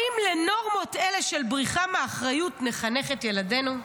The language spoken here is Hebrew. האם לנורמות אלה של בריחה מאחריות נחנך את ילדינו?